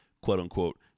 quote-unquote